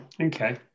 okay